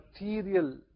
material